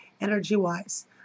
energy-wise